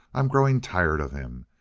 i'm growing tired of em.